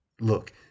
Look